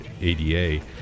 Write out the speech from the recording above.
ADA